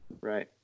Right